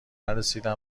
نرسیدن